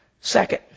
Second